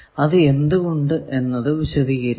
അത് എന്തുകൊണ്ട് എന്നത് വിശദീകരിക്കുന്നു